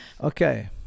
Okay